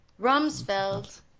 Rumsfeld